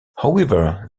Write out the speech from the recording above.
however